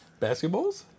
Basketballs